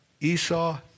Esau